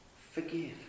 forgive